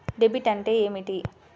Debit అంటే ఏమిటి?